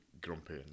grumpy